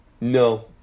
No